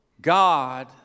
God